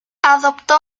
adoptó